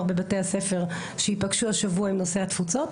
בבתי הספר שיפגשו השבוע עם נושא התפוצות.